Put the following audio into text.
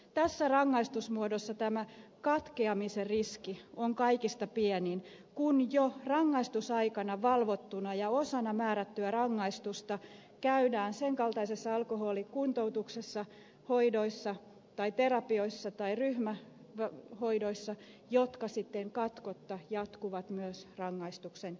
tässä rangaistusmuodossa tämä katkeamisen riski on kaikista pienin kun jo rangaistusaikana valvottuna ja osana määrättyä rangaistusta käydään senkaltaisessa alkoholikuntoutuksessa hoidoissa tai terapioissa tai ryhmähoidoissa jotka sitten katkotta jatkuvat myös rangaistuksen jälkeen